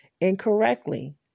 incorrectly